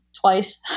twice